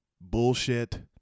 bullshit